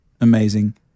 amazing